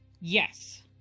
Yes